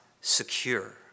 secure